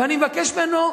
תודה רבה.